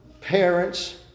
parents